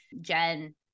jen